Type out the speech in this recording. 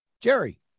Jerry